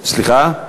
סליחה?